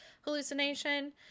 hallucination